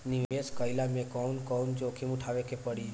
निवेस कईला मे कउन कउन जोखिम उठावे के परि?